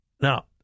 Now